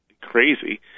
crazy